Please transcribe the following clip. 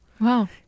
Wow